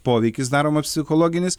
poveikis daromas psichologinis